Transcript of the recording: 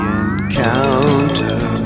encounter